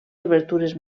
obertures